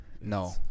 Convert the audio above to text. No